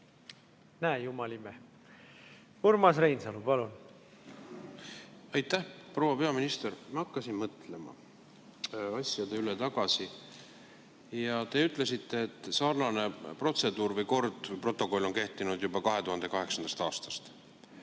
Näe, jumalime! Urmas Reinsalu, palun! Aitäh! Proua peaminister! Ma hakkasin asjade üle tagasi mõtlema. Te ütlesite, et samasugune protseduur või kord või protokoll on kehtinud juba 2008. aastast.